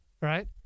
right